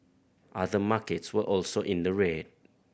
other markets were also in the red